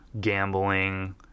gambling